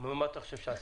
ומה אתה חושב שעשיתי?